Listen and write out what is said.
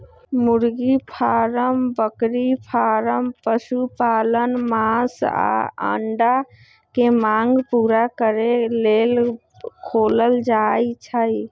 मुर्गी फारम बकरी फारम पशुपालन मास आऽ अंडा के मांग पुरा करे लेल खोलल जाइ छइ